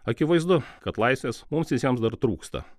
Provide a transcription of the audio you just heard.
akivaizdu kad laisvės mums visiems dar trūksta